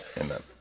amen